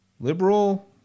Liberal